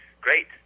Great